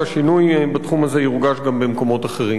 והשינוי בתחום הזה יורגש גם במקומות אחרים.